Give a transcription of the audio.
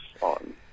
on